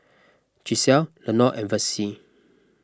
Gisele Lenord and Vessie